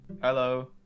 hello